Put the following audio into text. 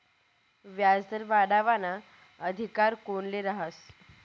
व्याजदर वाढावाना अधिकार कोनले रहास?